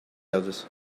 elders